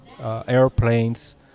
airplanes